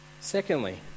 Secondly